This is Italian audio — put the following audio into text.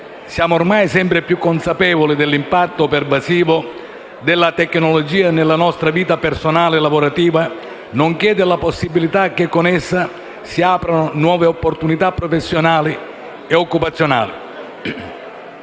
siamo ormai sempre più consapevoli dell'impatto pervasivo della tecnologia nella nostra vita personale e lavorativa, nonché della possibilità che con essa si aprano nuove opportunità professionali e occupazionali.